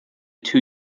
two